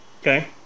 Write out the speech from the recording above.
Okay